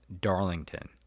Darlington